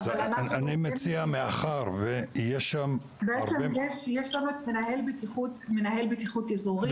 אני מציע מאחר ויש שם --- בעצם יש לנו את מנהל בטיחות אזורי.